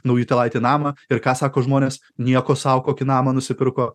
naujutėlaitį namą ir ką sako žmonės nieko sau kokį namą nusipirko